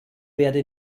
werde